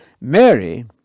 Mary